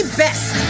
best